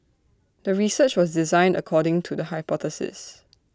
the research was designed according to the hypothesis